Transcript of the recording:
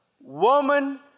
Woman